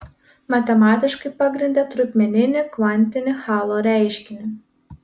matematiškai pagrindė trupmeninį kvantinį hallo reiškinį